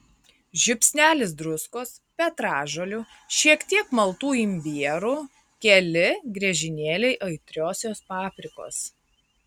žiupsnelis druskos petražolių šiek tiek maltų imbierų keli griežinėliai aitriosios paprikos